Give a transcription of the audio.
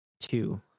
two